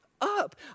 up